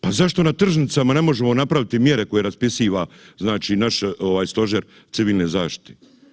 Pa zašto na tržnicama ne možemo napraviti mjere koje raspisiva znači naš stožer Civilne zaštite?